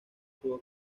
tuvo